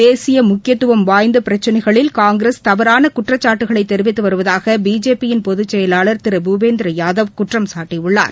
தேசிய முக்கியத்துவம் வாய்ந்த பிரச்சனைகளில் காங்கிரஸ் தவறான குற்றச்சாட்டுகளை தெரிவித்து வருவதாக பிஜேபியின் பொது செயலாளர் திரு பூபேந்திர யாதவ் குற்றம் சாட்டியுள்ளார்